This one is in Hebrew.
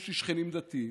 יש לי שכנים דתיים,